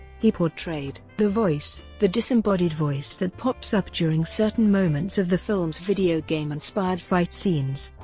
he portrayed the voice, the disembodied voice that pops up during certain moments of the film's video game-inspired fight scenes.